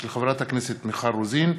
של חברת הכנסת מיכל רוזין,